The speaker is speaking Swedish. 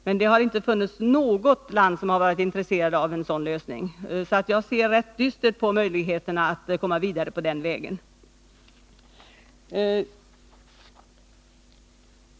Men inte i något land har man varit intresserad av en sådan lösning. Således ser jag rätt dystert på möjligheterna att komma vidare den vägen.